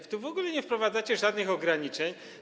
W ogóle nie wprowadzacie tu żadnych ograniczeń.